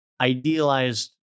idealized